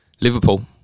Liverpool